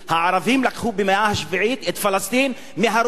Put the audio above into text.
הערבים לקחו במאה השביעית את פלסטין מהרומאים.